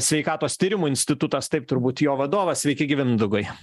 sveikatos tyrimų institutas taip turbūt jo vadovas sveiki gyvi mindaugai